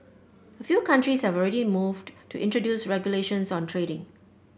a few countries have already moved to introduce regulations on trading